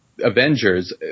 Avengers